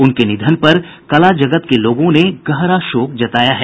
उनके निधन पर कला जगत के लोगों ने गहरा शोक जताया है